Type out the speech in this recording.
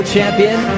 Champion